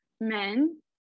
men